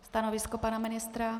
Stanovisko pana ministra?